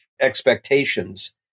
expectations